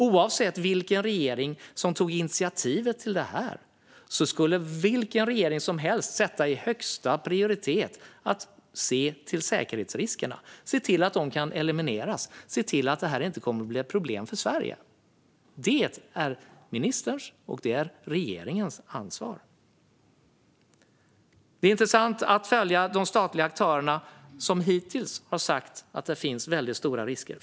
Oavsett vilken regering som tog initiativet till det här skulle vilken regering som helst sätta som högsta prioritet att eliminera säkerhetsriskerna och se till att det här inte kommer att bli ett problem för Sverige. Det är ministerns och regeringens ansvar. Det är intressant att följa de statliga aktörer som hittills har sagt att det finns väldigt stora risker.